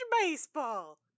baseball